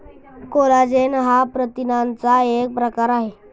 collagen हा प्रथिनांचा एक प्रकार आहे